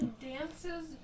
Dances